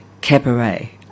cabaret